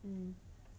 mm